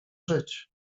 żyć